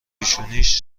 پیشونیش